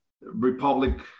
Republic